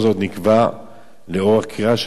לאור קריאה של רבנים ברחבי העולם,